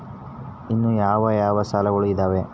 ಇನ್ನು ಯಾವ ಯಾವ ಸಾಲಗಳು ಇದಾವೆ?